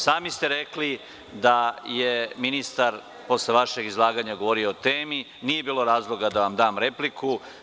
Sami ste rekli da je ministar posle vašeg izlaganja govorio o temi, nije bilo razloga da vam dam repliku.